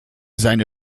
seine